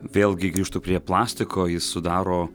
vėlgi grįžtu prie plastiko jis sudaro